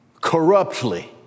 corruptly